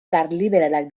karliberalak